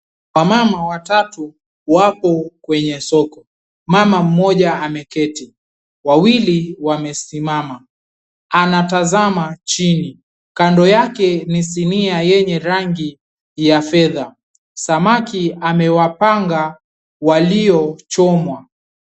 Wamama watatu wako kwenye soko. Mama mmoja ameketi, wawili wamesimama. Anatazama chini. Kando yake ni sinia yenye rangi ya fedha. Samaki amewapanga walio chomwa.